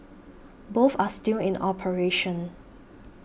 both are still in the operation